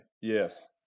yes